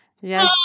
Yes